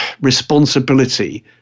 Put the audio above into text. responsibility